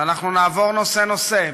ואנחנו נעבור נושא-נושא.